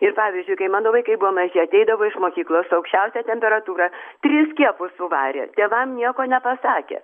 ir pavyzdžiui kai mano vaikai buvo maži ateidavo iš mokyklos aukščiausia temperatūra tris skiepus suvarė tėvam nieko nepasakė